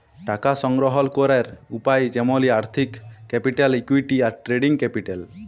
টাকা সংগ্রহল ক্যরের উপায় যেমলি আর্থিক ক্যাপিটাল, ইকুইটি, আর ট্রেডিং ক্যাপিটাল